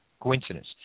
coincidence